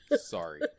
sorry